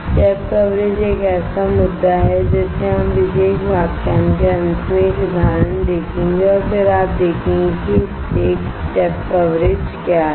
step coverage एक ऐसा मुद्दा है जिसका हम इस विशेष व्याख्यान के अंत में एक उदाहरण देखेंगे और फिर आप देखेंगे कि एक स्टेप कवरेज क्या है